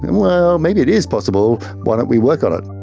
well, maybe it is possible, why don't we work on it.